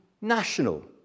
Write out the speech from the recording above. national